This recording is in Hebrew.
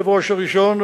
היושב-ראש הראשון,